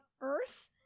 Earth